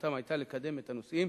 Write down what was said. שמטרתם היתה לקדם את הנושאים